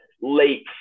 late